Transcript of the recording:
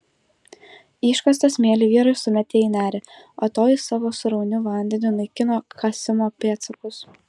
iškastą smėlį vyrai sumetė į nerį o toji savo srauniu vandeniu naikino kasimo pėdsakus